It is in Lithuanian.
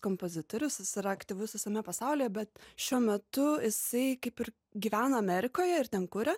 kompozitorius jis yra aktyvus visame pasaulyje bet šiuo metu jisai kaip ir gyvena amerikoje ir ten kuria